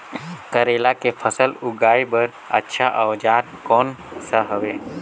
करेला के फसल उगाई बार अच्छा औजार कोन सा हवे?